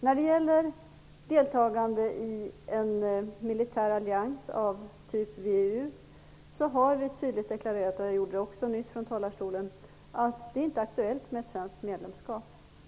När det gäller deltagande i en militär allians av typ VEU har vi tydligt deklarerat - jag gjorde det också nyss från talarstolen - att det inte är aktuellt med ett svenskt medlemskap.